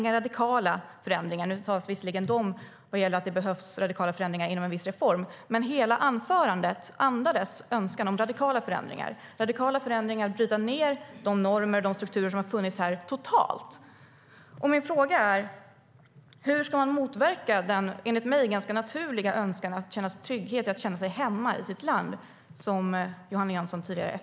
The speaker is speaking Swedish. Nu talar vi visserligen om att det behövs radikala förändringar inom en viss reform, men hela Johanna Jönssons anförare andades önskan om radikala förändringar, att totalt bryta ned de normer och strukturer som har funnits här.